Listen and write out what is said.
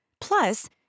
Plus